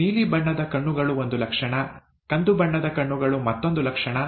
ನೀಲಿ ಬಣ್ಣದ ಕಣ್ಣುಗಳು ಒಂದು ಲಕ್ಷಣ ಕಂದು ಬಣ್ಣದ ಕಣ್ಣುಗಳು ಮತ್ತೊಂದು ಲಕ್ಷಣ